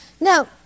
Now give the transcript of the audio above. Now